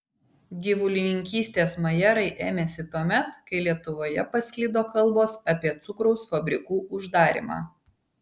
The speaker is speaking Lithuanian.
gyvulininkystės majerai ėmėsi tuomet kai lietuvoje pasklido kalbos apie cukraus fabrikų uždarymą